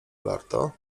warto